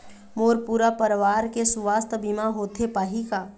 मोर पूरा परवार के सुवास्थ बीमा होथे पाही का?